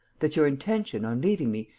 that your intention, on leaving me,